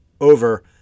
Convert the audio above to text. over